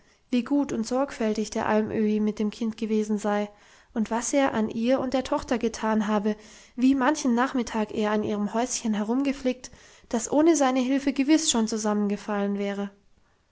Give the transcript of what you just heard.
wie gut und sorgfältig der alm öhi mit dem kind gewesen sei und was er an ihr und der tochter getan habe wie manchen nachmittag er an ihrem häuschen herumgeflickt das ohne seine hilfe gewiss schon zusammengefallen wäre